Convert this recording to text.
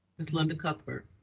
ms. linda cuthbert.